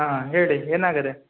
ಹಾಂ ಹೇಳಿ ಏನಾಗಿದೆ